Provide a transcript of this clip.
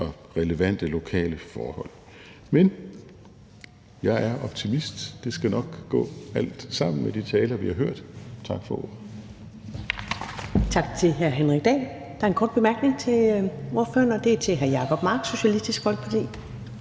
relevante lokale forhold. Men jeg er optimist. Det skal nok gå alt sammen med de taler, vi har hørt. Tak for ordet.